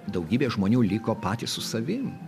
daugybė žmonių liko patys su savim